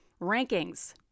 rankings